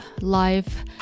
life